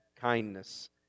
kindness